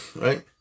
Right